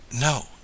No